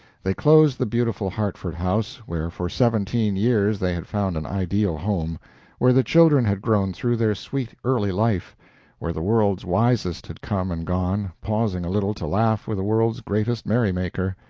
they closed the beautiful hartford house, where for seventeen years they had found an ideal home where the children had grown through their sweet, early life where the world's wisest had come and gone, pausing a little to laugh with the world's greatest merrymaker.